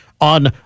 on